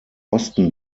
osten